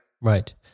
Right